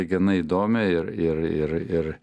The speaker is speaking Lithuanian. gana įdomią ir ir ir ir